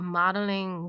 modeling